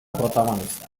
protagonista